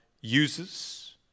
uses